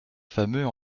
fameux